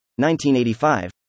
1985